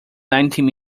nineteen